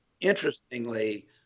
Interestingly